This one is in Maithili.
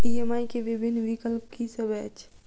ई.एम.आई केँ विभिन्न विकल्प की सब अछि